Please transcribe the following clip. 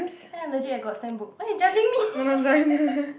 ya legit I got stamp book why you judging me